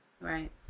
Right